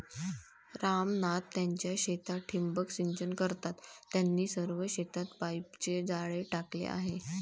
राम नाथ त्यांच्या शेतात ठिबक सिंचन करतात, त्यांनी सर्व शेतात पाईपचे जाळे टाकले आहे